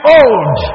old